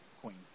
Queen